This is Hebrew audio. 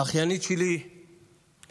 האחיינית שלי חוזרת,